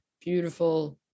beautiful